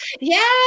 Yes